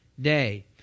day